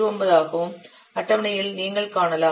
19 ஆகவும் அட்டவணையில் நீங்கள் காணலாம்